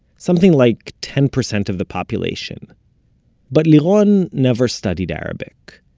something like ten percent of the population but liron never studied arabic,